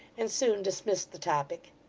and soon dismissed the topic.